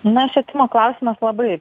na švietimo klausimas labai